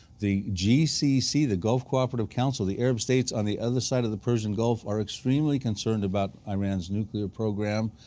the gcc the gulf cooperative council the arab states on the other side of the persian gulf are extremely concerned about iran's nuclear program.